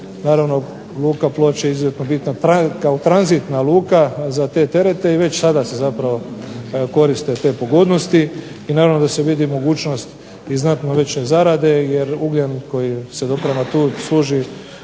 naravno luka Ploče izuzetno bitna kao tranzitna luka za te terete i već tada se zapravo koriste te pogodnosti. I naravno da se vidi mogućnost i znatno veće zarade jer ugljen koji se doprema tu služi